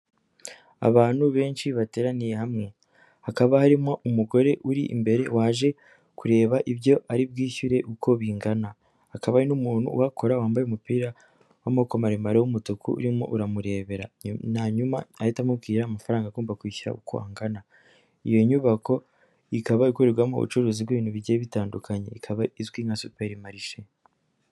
Abantu benshi bateraniye hamwe, hakaba harimo umugore uri imbere waje kureba ibyo ari bwishyure uko bingana, hakaba n'umuntu uhakora wambaye umupira w'amaboko maremare w'umutuku urimo uramurebera, hanyuma ahita amubwira amafaranga agomba kwishyura uko angana, iyo nyubako ikaba ikorerwamo ubucuruzi bw'ibintu bigiye bitandukanye ikaba izwi nka superi marishe.